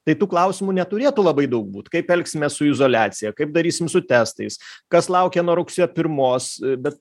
tai tų klausimų neturėtų labai daug būt kaip elgsimės su izoliacija kaip darysim su testais kas laukia nuo rugsėjo pirmos bet